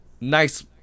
nice